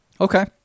Okay